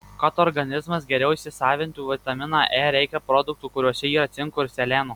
kad organizmas geriau įsisavintų vitaminą e reikia produktų kuriuose yra cinko ir seleno